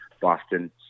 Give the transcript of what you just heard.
Boston